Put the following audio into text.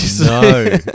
no